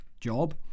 job